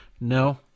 No